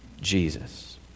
Jesus